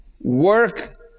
work